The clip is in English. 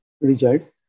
results